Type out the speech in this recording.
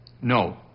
No